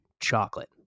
chocolate